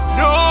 no